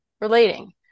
relating